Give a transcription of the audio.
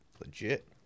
legit